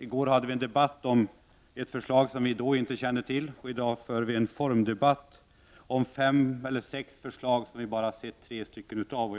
I går hade vi en debatt om ett förslag som vi inte visste någonting om. I dag för vi en formdebatt om fem eller sex förslag, av vilka vi endast har tagit del av tre.